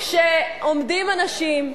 כשעומדים אנשים,